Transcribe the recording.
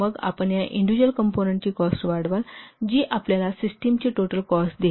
मग आपण या इंडिज्युअल कॉम्पोनन्टची कॉस्ट वाढवाल जी आपल्याला सिस्टमची टोटल कॉस्ट देईल